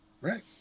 right